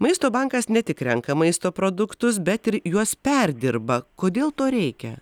maisto bankas ne tik renka maisto produktus bet ir juos perdirba kodėl to reikia